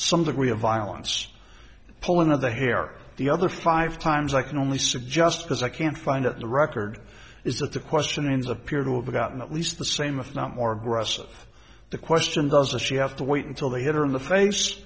some degree of violence pulling of the hair the other five times i can only suggest because i can't find the record is that the question is appear to have gotten at least the same with not more aggressive the question does she have to wait until they hit her in the face